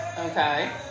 Okay